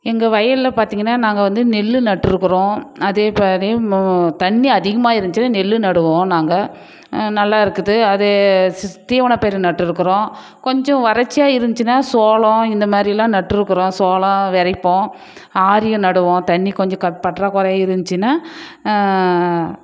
எங்கள் வயலில் பார்த்திங்கன்னா நாங்கள் வந்து நெல் நட்டுயிருக்குறோம் அதே தண்ணி அதிகமாக இருந்துச்சுனா நெல் நடுவோம் நாங்கள் நல்லாயிருக்குது அது ஸ் தீவனம் பயிர் நட்டுயிருக்குறோம் கொஞ்சம் வறட்சியாக இருந்துச்சுனா சோளம் இந்த மாதிரியிலாம் நட்டுருக்குறோம் சோளம் வெதைப்போம் ஆரியும் நடுவோம் தண்ணி கொஞ்சம் கப் பற்றாக்குறை இருந்துச்சுனா